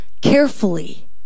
carefully